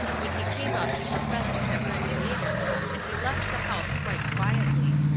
when he came up he professed to have read the meter and he left the house quite quietly.